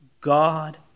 God